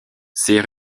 ces